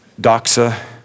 Doxa